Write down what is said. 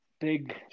big